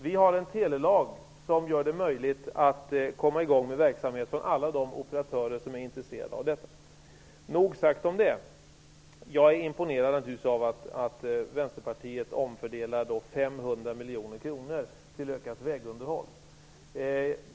Vi har en telelag som gör det möjligt för alla operatörer som är intresserade av den verksamheten att komma i gång. Nog sagt om detta. Jag är imponerad av att Vänsterpartiet vill omfördela 500 miljoner kronor till ökat vägunderhåll.